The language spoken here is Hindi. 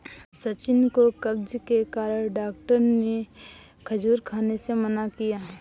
सचिन को कब्ज के कारण डॉक्टर ने खजूर खाने से मना किया